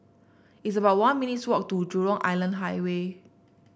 it's about one minutes' walk to Jurong Island Highway